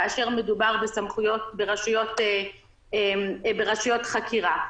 כאשר מדובר ברשויות חקירה.